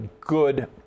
good